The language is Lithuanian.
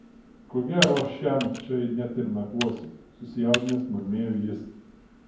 ko gero aš šiąnakt čia net ir nakvosiu susijaudinęs murmėjo jis